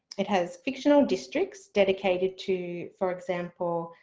it has fictional districts dedicated to for example,